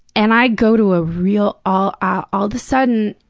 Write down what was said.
and i go to a real all ah all the sudden,